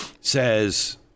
says